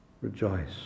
Rejoice